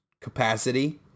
capacity